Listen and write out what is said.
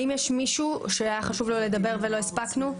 האם יש מישהו שהיה לו חשוב לדבר ולא הספקנו?